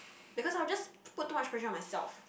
because I will just put too much pressure on myself